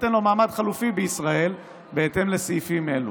יינתן לו מעמד חלופי בישראל בהתאם לסעיפים אלו.